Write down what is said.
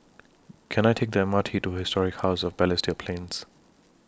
Can I Take The M R T to Historic House of Balestier Plains